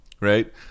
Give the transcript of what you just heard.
right